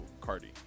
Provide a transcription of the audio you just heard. Cardi